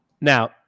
Now